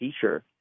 teacher